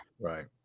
Right